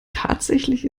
tatsächlich